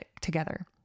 together